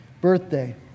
birthday